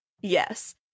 Yes